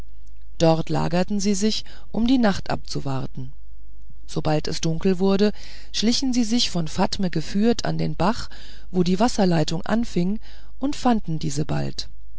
dort lagerten sie sich um die nacht abzuwarten sobald es dunkel wurde schlichen sie sich von fatme geführt an den bach wo die wasserleitung anfing und fanden diese bald